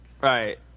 right